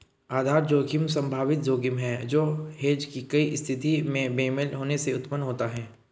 आधार जोखिम संभावित जोखिम है जो हेज की गई स्थिति में बेमेल होने से उत्पन्न होता है